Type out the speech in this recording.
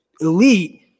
elite